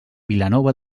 vilanova